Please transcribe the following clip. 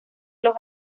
los